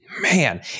man